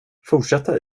fortsätta